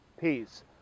peace